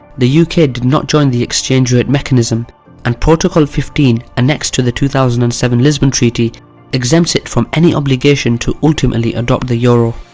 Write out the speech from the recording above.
the yeah uk did not join the exchange rate mechanism and protocol fifteen annexed to the two thousand and seven lisbon treaty exempts it from any obligation to ultimately adopt the euro.